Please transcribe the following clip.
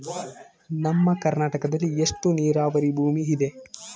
ನಮ್ಮ ಕರ್ನಾಟಕದಲ್ಲಿ ಎಷ್ಟು ನೇರಾವರಿ ಭೂಮಿ ಇದೆ?